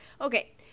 okay